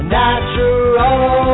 natural